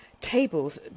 tables